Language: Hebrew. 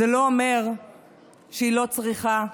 זה לא אומר שהיא לא צריכה הכרה.